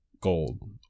gold